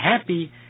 happy